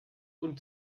und